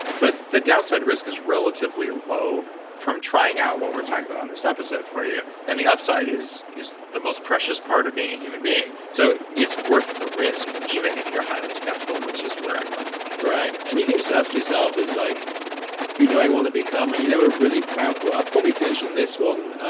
but the downside risk is relatively low from trying out what we're talking about on this episode for you. and the upside is is the most precious part of being a human being. so it's worth the risk even if you're highly skeptical, which is where i come from. and you can just ask yourself, like who do i want to become? and you have know a really powerful. i'll probably finish on this one.